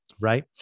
right